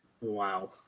Wow